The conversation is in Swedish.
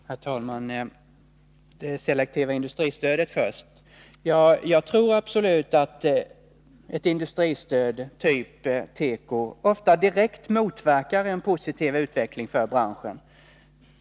Herr talman! Först det selektiva industristödet. Jag tror absolut att ett industristöd, typ tekostödet, ofta direkt motverkar en positiv utveckling för branschen.